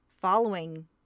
following